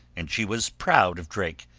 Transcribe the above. and she was proud of drake.